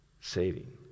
saving